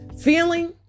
Feeling